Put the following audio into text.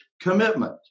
commitment